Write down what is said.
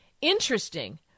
Interesting